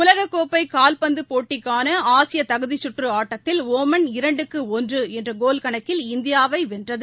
உலககோப்பைகால்பந்துபோட்டிக்கானஆசியதகுதிச் சுற்றுஆட்டத்தில் ஓமன் இரண்டுக்குஒன்றுஎன்றகோல் கணக்கில் இந்தியாவைவென்றது